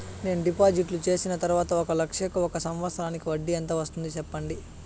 నేను డిపాజిట్లు చేసిన తర్వాత ఒక లక్ష కు ఒక సంవత్సరానికి వడ్డీ ఎంత వస్తుంది? సెప్పండి?